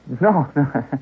No